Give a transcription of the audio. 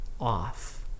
off